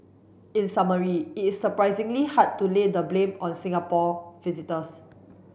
in summary it is surprisingly hard to lay the blame on Singapore visitors